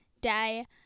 day